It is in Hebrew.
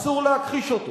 אסור להכחיש אותו.